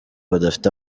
badafite